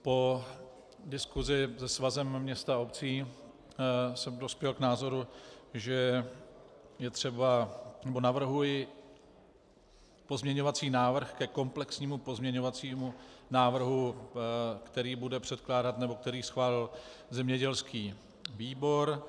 Po diskusi se Svazem měst a obcí jsem dospěl k názoru, že je třeba... nebo navrhuji pozměňovací návrh ke komplexnímu pozměňovacímu návrhu, který bude předkládat... nebo který schválil zemědělský výbor.